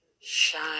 shine